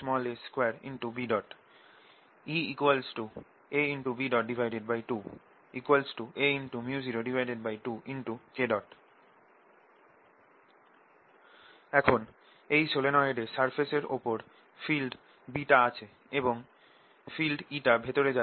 2πaE πa2B EaB2 aµ02K এখন এই সলিনয়েডে সারফেসের ওপর ফিল্ড B টা আছে এবং ফিল্ড E টা ভেতরে যাচ্ছে